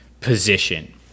position